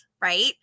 right